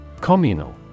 Communal